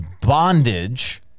bondage